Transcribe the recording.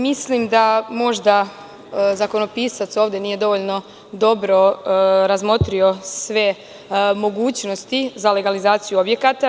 Mislim da možda zakonopisac ovde nije dovoljno dobro razmotrio sve mogućnosti za legalizaciju objekata.